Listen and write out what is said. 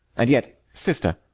and yet, sister,